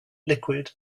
liquid